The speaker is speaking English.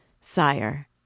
Sire